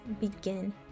begin